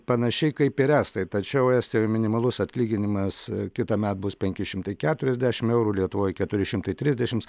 panašiai kaip ir estai tačiau estijoj minimalus atlyginimas kitąmet bus penki šimtai keturiasdešim eurų lietuvoj keturi šimtai trisdešims